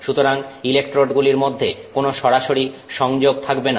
সুতরাং ইলেকট্রোডগুলির মধ্যে কোন সরাসরি সংযোগ থাকবে না